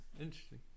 Interesting